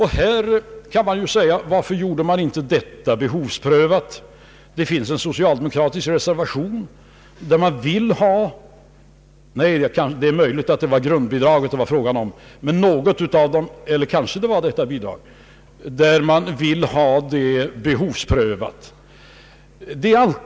Här kan man fråga sig varför avdraget inte gjordes behovsprövat. Det finns en socialdemokratisk reservation, där man vill ha — det är möjligt att det var fråga om grundbidraget, eller också var det detta bidrag — en behovsprövning.